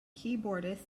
keyboardist